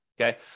okay